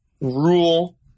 rule